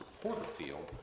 Porterfield